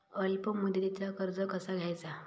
अल्प मुदतीचा कर्ज कसा घ्यायचा?